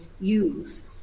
use